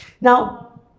Now